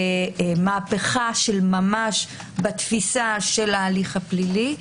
זה מהפכה של ממש בתפיסת ההליך הפלילי.